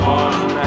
one